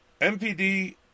MPD